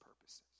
purposes